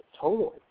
total